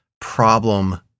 problem